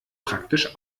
praktisch